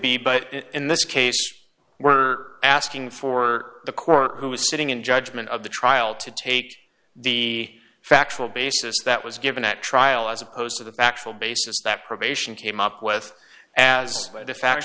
be but in this case we're asking for the court who is sitting in judgment of the trial to take the factual basis that was given at trial as opposed to the backfill basis that probation came up with as the fact